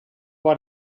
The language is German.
war